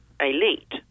elite